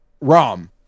Rom